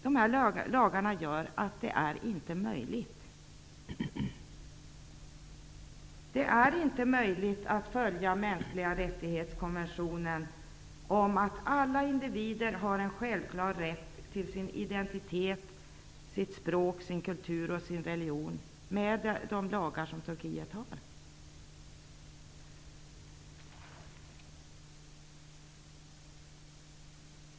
Det är inte möjligt att följa konventionen om mänskliga rättigheter, om att alla individer har en självklar rätt till sin identitet, sitt språk, sin kultur och sin religion, med de lagar som Turkiet har.